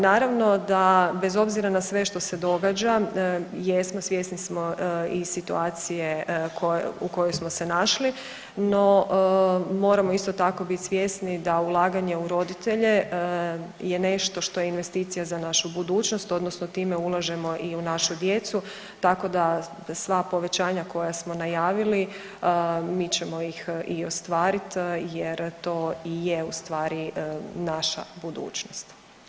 Naravno da bez obzira na sve što se događa, jesmo, svjesni smo i situacije u kojoj smo se našli, no, moramo isto tako bit svjesni da ulaganje u roditelje je nešto što je investicija za našu budućnost, odnosno time ulažemo i u našu djecu, tako da sva povećanja koja smo najavili, mi ćemo ih i ostvarit jer to i je ustvari naša budućnost.